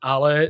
Ale